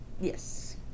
Yes